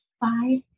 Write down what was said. five